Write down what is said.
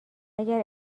اگر